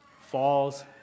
falls